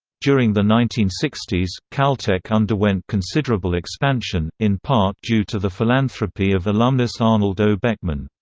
during the nineteen sixty s, caltech underwent considerable expansion, in part due to the philanthropy of alumnus arnold o. beckman.